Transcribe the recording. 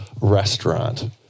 restaurant